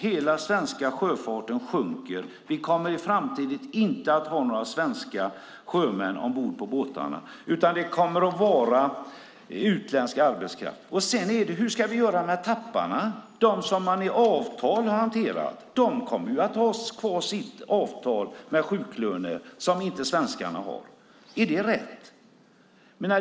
Hela svenska sjöfarten sjunker. Vi kommer i framtiden inte att ha några svenska sjömän ombord på båtarna, utan det kommer att vara utländsk arbetskraft. Hur ska vi göra med "tapparna", de som man i avtal har hanterat? De kommer ju att ha kvar sitt avtal med sjuklöner som inte svenskarna har. Är det riktigt?